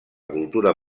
cultura